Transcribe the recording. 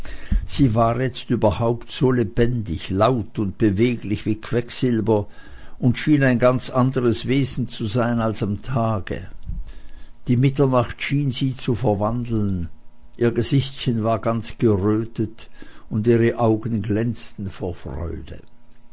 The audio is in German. sie war jetzt überhaupt so lebendig laut und beweglich wie quecksilber und schien ein ganz anderes wesen zu sein als am tage die mitternacht schien sie zu verwandeln ihr gesichtchen war ganz gerötet und ihre augen glänzten vor freude